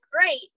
great